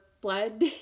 blood